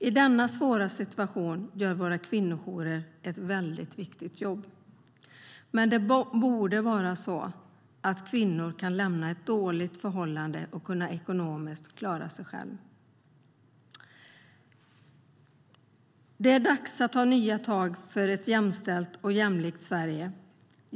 I denna svåra situation gör våra kvinnojourer ett väldigt viktigt jobb. Men det borde vara så att en kvinna kan lämna ett dåligt förhållande och klara sig själv ekonomiskt. Det är dags att ta nya tag för ett jämställt och jämlikt Sverige.